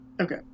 Okay